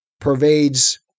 pervades